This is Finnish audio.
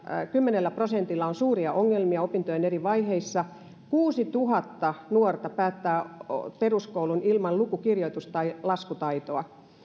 kymmenellä prosentilla on suuria ongelmia opintojen eri vaiheissa kuusituhatta nuorta päättää peruskoulun ilman luku kirjoitus tai laskutaitoa